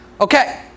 okay